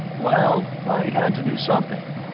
well, i had to do something.